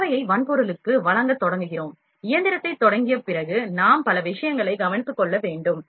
தரவையை வன்பொருளுக்கு வழங்கத் தொடங்குகிறோம் இயந்திரத்தைத் தொடங்கிய பிறகு நாம் பல விஷயங்களை கவனித்துக் கொள்ள வேண்டும்